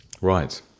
Right